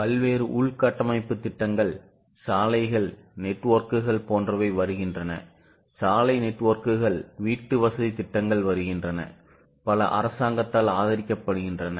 பல்வேறு உள்கட்டமைப்பு திட்டங்கள் சாலைகள் நெட்வொர்க்குகள் போன்றவை வருகின்றன சாலை நெட்வொர்க்குகள் வீட்டுவசதி திட்டங்கள் வருகின்றன பல அரசாங்கத்தால் ஆதரிக்கப்படுகின்றன